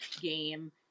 game